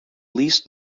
least